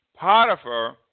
Potiphar